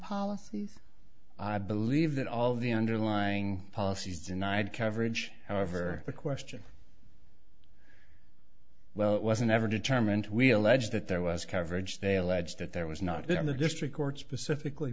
policies i believe that all the underlying policies denied coverage however the question well it wasn't ever determined we allege that there was coverage they allege that there was not in the district court specifically